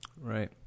Right